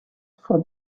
for